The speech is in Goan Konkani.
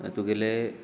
तुगेले